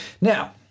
Now